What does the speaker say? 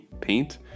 paint